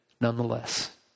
nonetheless